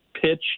pitch